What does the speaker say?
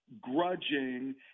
grudging